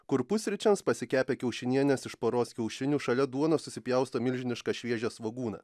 kur pusryčiams pasikepę kiaušinienės iš poros kiaušinių šalia duonos susipjausto milžinišką šviežią svogūną